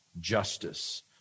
justice